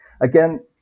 again